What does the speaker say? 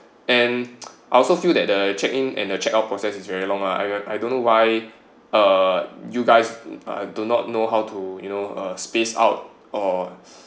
and I also feel that the check in and check out process is very long lah I I don't know why uh you guys I do not know how to you know uh spaced out or